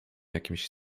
jakimś